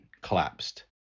collapsed